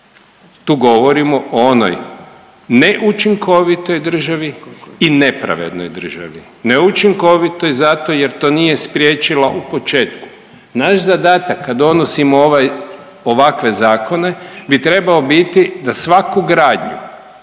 Tu govorimo o onoj neučinkovitoj državi i nepravednoj državi. Neučinkovitoj zato jer to nije spriječila u početku. Naš zadatak kad donosimo ovaj ovakve zakone bi trebao biti da svaku gradnju